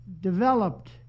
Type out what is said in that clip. developed